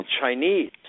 Chinese